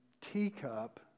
teacup